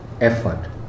effort